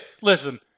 Listen